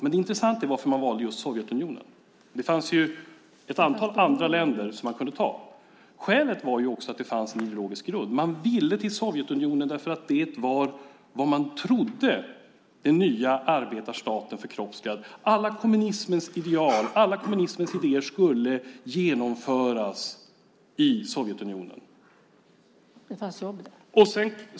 Men det intressanta är varför man valde just Sovjetunionen. Det fanns ju ett antal andra länder som man kunde välja. Skälet var också att det fanns en ideologisk grund. Man ville till Sovjetunionen därför att det var, vad man trodde, den nya arbetarstaten förkroppsligad. Alla kommunismens ideal och idéer skulle genomföras i Sovjetunionen.